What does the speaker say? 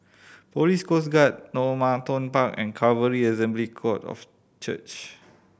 Police Coast Guard Normanton Park and Calvary Assembly God of Church